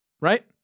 right